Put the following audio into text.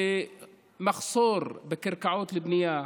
המחסור בקרקעות לבנייה,